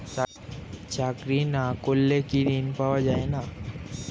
চাকরি না করলে কি ঋণ পাওয়া যায় না?